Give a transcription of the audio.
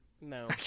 No